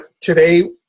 today